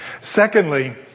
Secondly